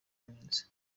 neza